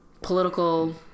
political